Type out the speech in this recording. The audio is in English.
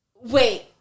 Wait